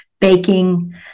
baking